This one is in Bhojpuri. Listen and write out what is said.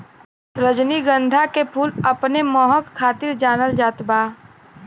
रजनीगंधा के फूल अपने महक खातिर जानल जात बा